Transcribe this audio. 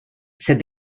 said